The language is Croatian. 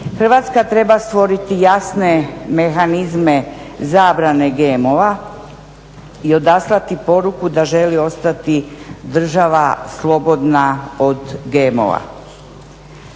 Hrvatska treba stvoriti jasne mehanizme zabrane GMO-a i odaslati poruku da želi ostati država slobodna od GMO-a.